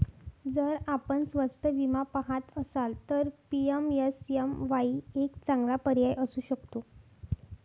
जर आपण स्वस्त विमा पहात असाल तर पी.एम.एस.एम.वाई एक चांगला पर्याय असू शकतो